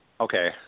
okay